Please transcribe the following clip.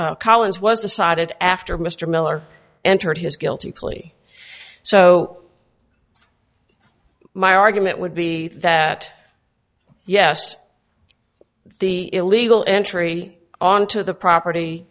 collins was decided after mr miller entered his guilty plea so my argument would be that yes the illegal entry onto the property